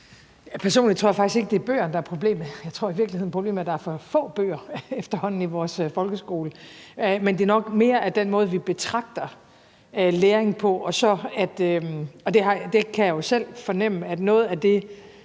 Personligt tror jeg faktisk ikke, at det er bøgerne, der er problemet. Jeg tror i virkeligheden, at problemet er, at der er for få bøger efterhånden i vores folkeskole. Men det er nok mere den måde, vi betragter læring på, og så – og det kan jeg jo selv fornemme – at noget af det,